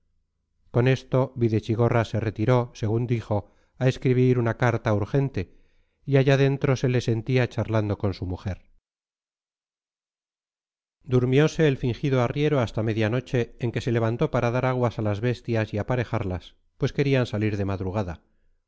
con esto videchigorra se retiró según dijo a escribir una carta urgente y allá dentro se le sentía charlando con su mujer durmiose el fingido arriero hasta media noche en que se levantó para dar aguas a las bestias y aparejarlas pues querían salir de madrugada